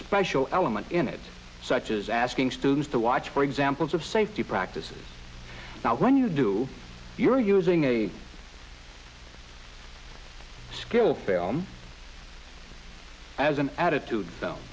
special element in it such as asking students to watch for examples of safety practices now when you do you're using a skill film as an attitude so